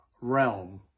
realm